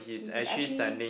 he he actually